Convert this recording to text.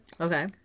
Okay